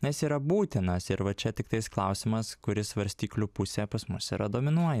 nes yra būtinas ir va čia tiktais klausimas kuri svarstyklių pusė pas mus yra dominuoja